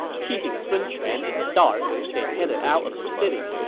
keeping sun quan in the dark, they headed out of the city.